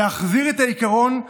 להחזיר את העיקרון,